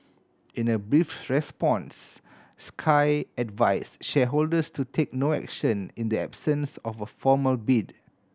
in a brief response Sky advise shareholders to take no action in the absence of a formal bid